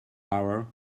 power